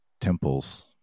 temples